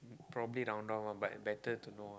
probably don't know ah but better to know ah